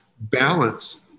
balance